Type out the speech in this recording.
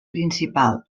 principal